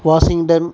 Washington